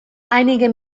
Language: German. einige